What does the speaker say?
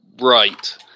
right